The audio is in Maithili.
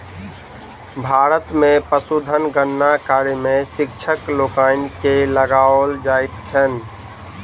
भारत मे पशुधन गणना कार्य मे शिक्षक लोकनि के लगाओल जाइत छैन